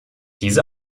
diese